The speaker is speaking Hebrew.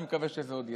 אני מקווה שזה עוד יצא.